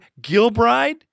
Gilbride